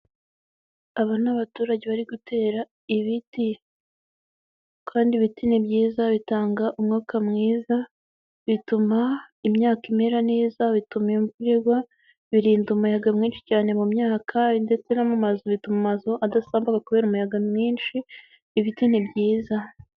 Aba ni abaturage bari gutera ibiti kandi ibiti nibyiza bitanga umwuka mwiza, bituma imyaka imera neza, bituma imvura igwa, birinda umuyaga mwinshi cyane mu myaka ndetse no mazu, bituma amazu adasambuka kubera umuyaga mwinshi, ibiti ni byiza.